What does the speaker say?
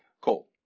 cool